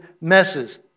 messes